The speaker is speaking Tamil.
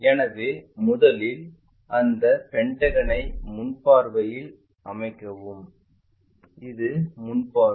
எனவே முதலில் அந்த பென்டகனை முன் பார்வையில் அமைக்கவும் இது முன் பார்வை